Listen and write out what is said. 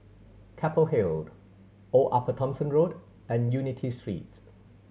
Keppel Hill Old Upper Thomson Road and Unity Street